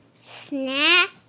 Snack